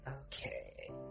okay